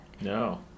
No